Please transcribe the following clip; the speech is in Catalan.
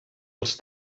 els